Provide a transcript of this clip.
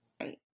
Right